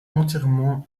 entièrement